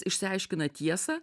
išsiaiškina tiesą